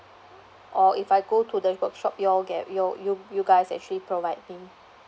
or if I go to the workshop you all get your you you guys actually providing